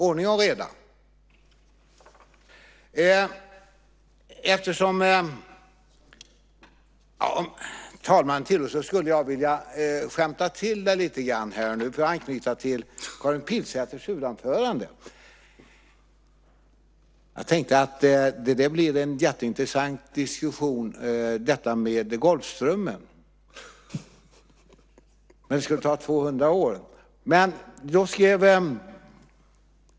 Ordning och reda ska det vara! Om talmannen tillåter skulle jag vilja skämta till det lite grann här, för att nu anknyta till Karin Pilsäters huvudanförande. Jag tänkte att detta med Golfströmmen blir en jätteintressant diskussion - det där skulle ju ta 200 år.